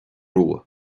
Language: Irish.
rua